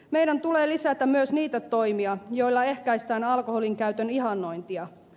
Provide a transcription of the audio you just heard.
meidän tulee lisätä myös niitä toimia joilla ehkäistään alkoholinkäytön ihannointia